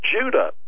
Judah